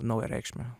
naują reikšmę